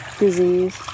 Disease